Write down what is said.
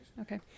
okay